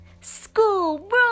School